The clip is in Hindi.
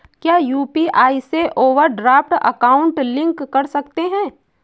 क्या यू.पी.आई से ओवरड्राफ्ट अकाउंट लिंक कर सकते हैं?